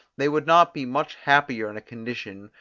they would not be much happier in a condition,